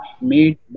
made